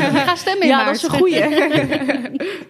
Ga stemmen Ja, in dat is maart. een goeie.